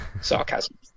sarcasm